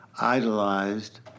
idolized